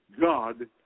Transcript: God